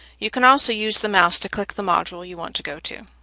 you can also use the mouse to click the module you want to go to.